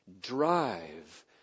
drive